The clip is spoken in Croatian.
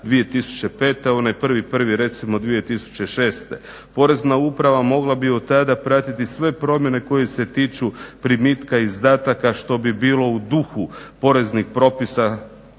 2005., onaj 1.01. recimo 2006. Porezna uprava mogla bi otada pratiti sve promjene koje se tiču primitka izdataka što bi bilo u duhu poreznih propisa